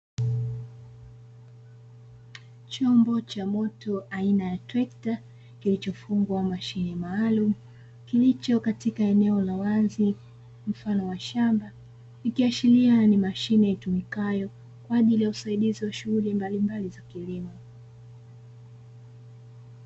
Chombo cha moto aina ya trekta kilichofungwa mashine maalum kilicho katika eneo la wazi mfano wa shamba. Ikiashiria ni mashine itumikayo kwa ajili ya usaidizi wa shughuli mbalimbali za kilimo.